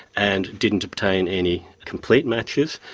and didn't obtain any complete matches,